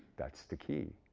that's the key.